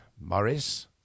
morris